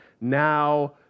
now